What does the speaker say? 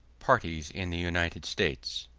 parties in the united states